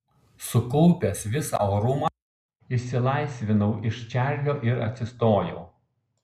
sukaupęs visą orumą išsilaisvinau iš čarlio ir atsistojau